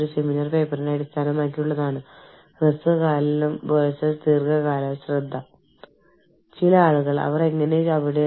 പ്രവർത്തനങ്ങൾ ധനകാര്യം ഉൽപ്പാദനം വിപണനം വിൽപ്പന തുടങ്ങിയ ബിസിനസുകളുടെ മറ്റ് വശങ്ങൾക്കുള്ള ഉയർന്ന മുൻഗണന കാരണം മാനവ വിഭവശേഷി രംഗത്ത് മതിയായ അവസരങ്ങൾ ഇല്ല